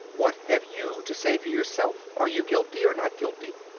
what have you to say for yourself? are you guilty, or not guilty?